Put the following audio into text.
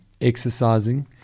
exercising